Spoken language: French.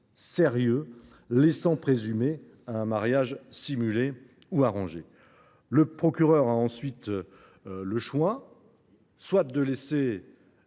sérieux laissant présumer » un mariage simulé ou arrangé. Le procureur a ensuite le choix de laisser